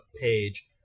page